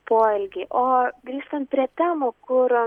poelgiai o grįžtant prie temų kur